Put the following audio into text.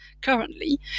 currently